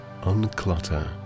unclutter